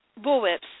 bullwhips